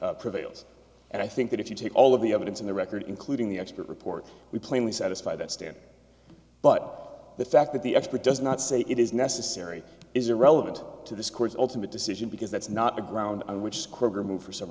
f prevails and i think that if you take all of the evidence in the record including the expert report we plainly satisfy that stand but the fact that the expert does not say it is necessary is irrelevant to this course ultimate decision because that's not the ground on which